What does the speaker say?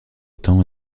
temps